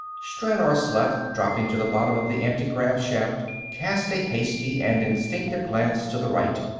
stranor sleth, dropping to the bottom of the antigrav shaft, cast a hasty and instinctive glance to the right,